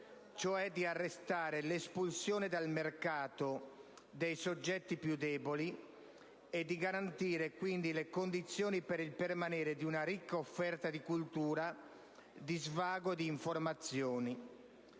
cioè arrestare l'espulsione dal mercato dei soggetti più deboli e garantire quindi le condizioni per il permanere di una ricca offerta di cultura, svago e informazioni.